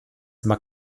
mag